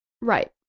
Right